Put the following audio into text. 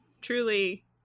truly